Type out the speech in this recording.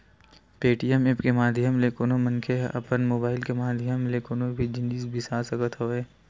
Paytm app के माधियम ले कोनो मनखे ह अपन मुबाइल के माधियम ले कोनो भी जिनिस बिसा सकत हवय